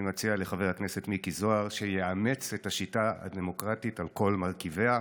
אני מציע לחבר הכנסת מיקי זוהר שיאמץ את השיטה הדמוקרטית על כל מרכיביה.